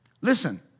Listen